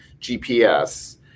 GPS